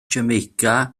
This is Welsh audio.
jamaica